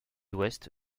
ouest